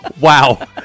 Wow